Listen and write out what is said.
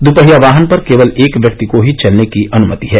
दृपहिया वाहन पर केवल एक व्यक्ति को ही चलने की अनुमति है